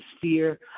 fear